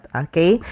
okay